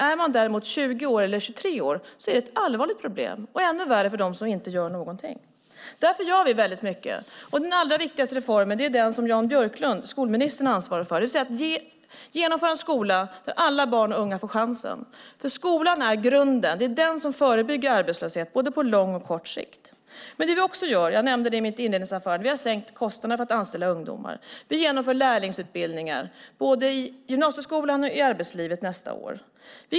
Är man däremot 20 eller 23 år är det ett allvarligt problem - och ännu värre för dem som inte gör någonting. Därför gör vi mycket. Den allra viktigaste reformen är den som skolminister Jan Björklund ansvarar för, det vill säga att genomföra en skola där alla barn och unga får chansen. Skolan är grunden. Det är den som förebygger arbetslöshet på både kort och lång sikt. Jag nämnde tidigare att vi har sänkt kostnaderna för att anställa ungdomar, och vi genomför lärlingsutbildningar i både gymnasieskolan och arbetslivet nästa år.